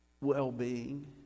well-being